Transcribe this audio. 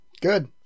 Good